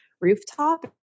rooftop